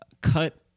cut